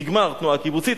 נגמר התנועה הקיבוצית.